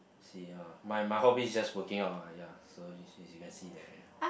see ah my my hobby is just working out ah ya so you as you can see that already